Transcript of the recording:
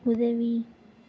உதவி